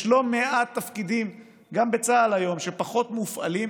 יש לא מעט תפקידים, גם בצה"ל היום, שפחות מופעלים.